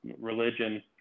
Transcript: religion